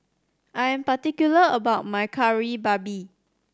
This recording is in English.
I am particular about my Kari Babi